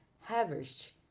harvest